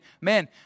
man